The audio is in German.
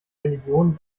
religion